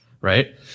right